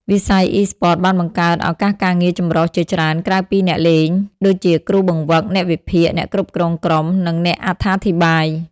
វិស័យអុីស្ព័ត បានបង្កើត ឱកាសការងារចម្រុះ ជាច្រើន ក្រៅពីអ្នកលេង ដូចជាគ្រូបង្វឹក អ្នកវិភាគ អ្នកគ្រប់គ្រងក្រុម និងអ្នកអត្ថាធិប្បាយ។